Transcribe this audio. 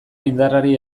indarrari